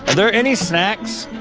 there any snacks?